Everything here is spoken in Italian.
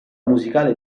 musicale